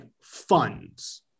funds